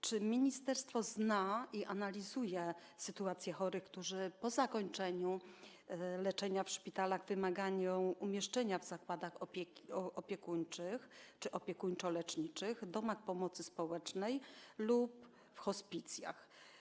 Czy ministerstwo zna i analizuje sytuację chorych, którzy po zakończeniu leczenia w szpitalach wymagają umieszczenia w zakładach opiekuńczych czy opiekuńczo-leczniczych, domach pomocy społecznej lub w hospicjach?